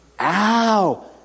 Ow